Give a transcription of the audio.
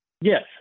Yes